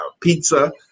pizza